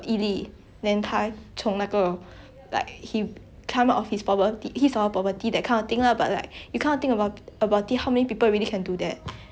you kind of think about about it how many people really can do that cause it's really very difficult to get out of poverty once you are in it especially in a country like singapore you know